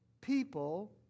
people